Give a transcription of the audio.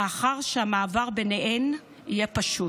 מאחר שהמעבר ביניהן יהיה פשוט,